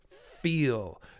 feel